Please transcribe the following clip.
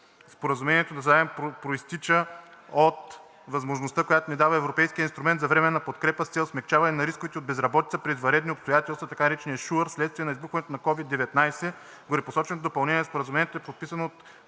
Споразумението за заем произтича от възможността, която ни дава европейският инструмент за временна подкрепа с цел смекчаване на рисковете от безработица при извънредни обстоятелства (SURE) вследствие на избухването на COVID-19. Горепосоченото Допълнение на Споразумението е подписано от